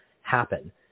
happen